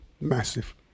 Massive